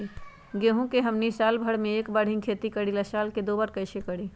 गेंहू के हमनी साल भर मे एक बार ही खेती करीला साल में दो बार कैसे करी?